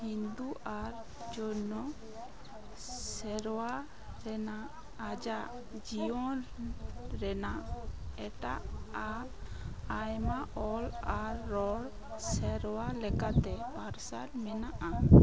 ᱦᱤᱱᱫᱩ ᱟᱨ ᱡᱚᱭᱱᱚ ᱥᱮᱨᱣᱟ ᱨᱮᱱᱟᱜ ᱟᱡᱟᱜ ᱡᱤᱭᱚᱱ ᱨᱮᱱᱟᱜ ᱮᱴᱟᱜᱼᱟᱜ ᱟᱭᱢᱟ ᱚᱞ ᱟᱨ ᱨᱚᱲ ᱥᱮᱨᱣᱟ ᱞᱮᱠᱟᱛᱮ ᱢᱟᱨᱥᱟᱞ ᱢᱮᱱᱟᱜᱼᱟ